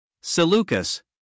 Seleucus